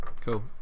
Cool